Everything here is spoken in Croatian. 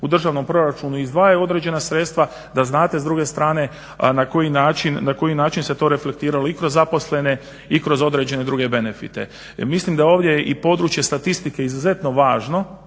u državnom proračunu izdvajaju određena sredstva da znate s druge strane na koji način se to reflektiralo i kroz zaposlene i kroz određene druge benefite. Mislim da je ovdje i područje statistike izuzetno važno,